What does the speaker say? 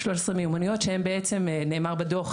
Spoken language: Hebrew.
13 מיומנויות שנאמר בדוח,